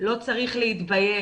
לא צריכים להתבייש.